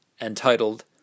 entitled